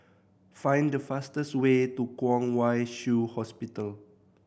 find the fastest way to Kwong Wai Shiu Hospital